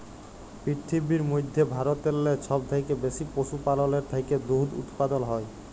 পিরথিবীর মইধ্যে ভারতেল্লে ছব থ্যাইকে বেশি পশুপাললের থ্যাইকে দুহুদ উৎপাদল হ্যয়